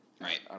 right